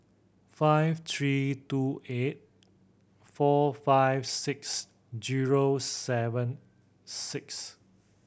five three two eight four five six zero seven six